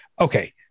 okay